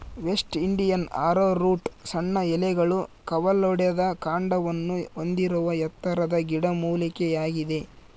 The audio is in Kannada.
ವೆಸ್ಟ್ ಇಂಡಿಯನ್ ಆರೋರೂಟ್ ಸಣ್ಣ ಎಲೆಗಳು ಕವಲೊಡೆದ ಕಾಂಡವನ್ನು ಹೊಂದಿರುವ ಎತ್ತರದ ಗಿಡಮೂಲಿಕೆಯಾಗಿದೆ